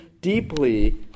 deeply